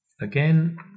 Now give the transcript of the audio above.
Again